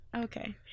Okay